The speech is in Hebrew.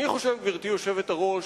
אני חושב, גברתי היושבת-ראש,